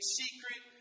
secret